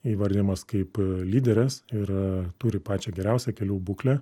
įvardijamas kaip lyderes ir turi pačią geriausią kelių būklę